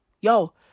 yo